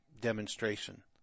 demonstration